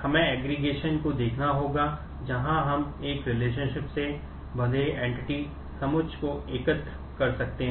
हमें एग्रीगेशन की भूमिका निभा सकती